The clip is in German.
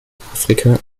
afrika